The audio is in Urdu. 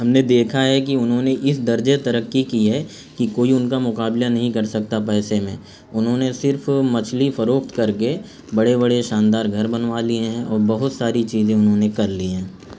ہم نے دیکھا ہے کہ انہوں نے اس درجے ترقی کی ہے کہ کوئی ان کا مقابلہ نہیں کر سکتا پیسے میں انہوں نے صرف مچھلی فروخت کر کے بڑے بڑے شاندار گھر بنوا لیے ہیں اور بہت ساری چیزیں انہوں نے کر لی ہیں